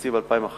בתקציב 2011 2012,